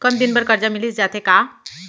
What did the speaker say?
कम दिन बर करजा मिलिस जाथे का?